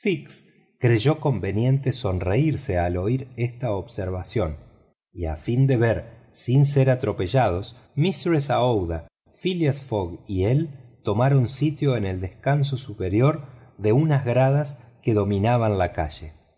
creyó conveniente sonreír al oír esta observación y a fin de ver sin ser atropellados mistress aouida phileas fogg y él tomaron sitio en el descanso superior de unas gradas que dominaban la calle